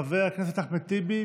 חבר הכנסת אחמד טיבי,